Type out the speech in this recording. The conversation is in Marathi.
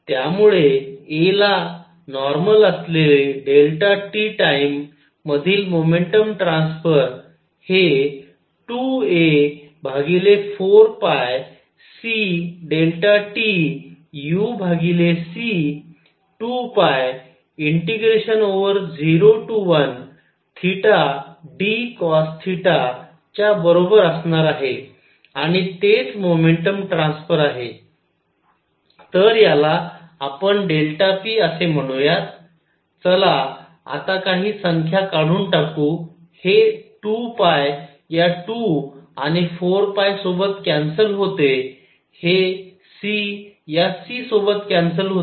त्यामुळे a ला नॉर्मल असलेले t टाइम मधील मोमेंटम ट्रान्सफर हे 2 a4πcTUc2π01θd cosθ च्या बरोबर असणार आहे आणि तेच मोमेंटम ट्रान्सफर आहे तर याला आपण pअसे म्हणूयात चला आता काही संख्या काढून टाकू हे 2 या 2 आणि 4सोबत कॅन्सल होते हे c या c सोबत कॅन्सल होते